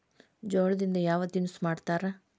ಜೋಳದಿಂದ ಯಾವ ತಿನಸು ಮಾಡತಾರ?